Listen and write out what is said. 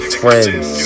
friends